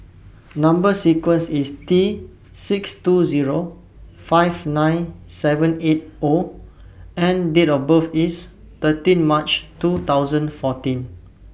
Number sequence IS T six two Zero five nine seven eight O and Date of birth IS thirteen March two thousand fourteen